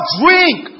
drink